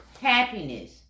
Happiness